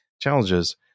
Challenges